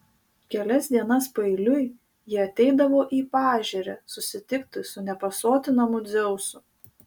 kelias dienas paeiliui ji ateidavo į paežerę susitikti su nepasotinamu dzeusu